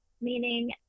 meaning